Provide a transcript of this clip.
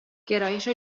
گرایش